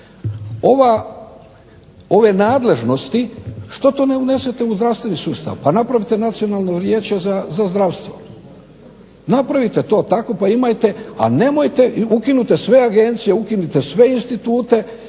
Ove nadležnosti što to ne unesete u zdravstveni sustav pa napravite Nacionalno vijeće za zdravstvo. Napravite to tako pa imajte, a nemojte, ukinite sve agencije, ukinite sve institute